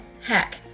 hack